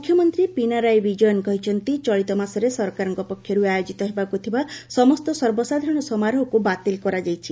ମୁଖ୍ୟମନ୍ତ୍ରୀ ପୀନାରାଇ ବିଜୟନ୍ କହିଛନ୍ତି ଚଳିତ ମାସରେ ସରକାରଙ୍କ ପକ୍ଷରୁ ଆୟୋକିତ ହେବାକୁ ଥିବା ସମସ୍ତ ସର୍ବସାଧାରଣ ସମାରୋହକୁ ବାତିଲ୍ କରାଯାଇଛି